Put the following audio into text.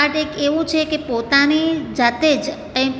art એક એવું છે પોતાની જાતે જ કઈંક